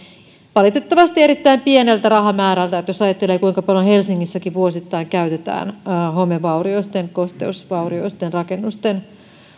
valitettavasti erittäin pieneltä rahamäärältä jos ajattelee kuinka paljon helsingissäkin vuosittain käytetään homevaurioisten kosteusvaurioisten rakennusten